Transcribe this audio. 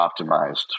optimized